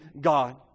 God